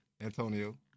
Antonio